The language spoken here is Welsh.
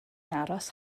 aros